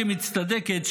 כמצטדקת,